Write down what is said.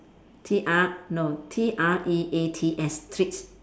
T R no T R E A T S treats